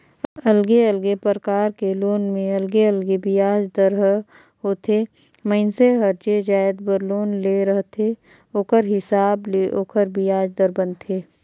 अलगे अलगे परकार के लोन में अलगे अलगे बियाज दर ह होथे, मइनसे हर जे जाएत बर लोन ले रहथे ओखर हिसाब ले ओखर बियाज दर बनथे